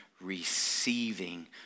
receiving